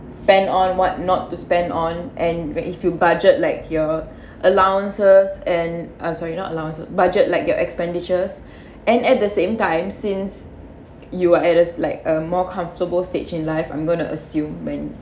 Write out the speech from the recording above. spend on what not to spend on and if you budget like your allowances and uh sorry not allowance budget like your expenditures and at the same time since you are at us like a more comfortable stage in life I'm gonna assume when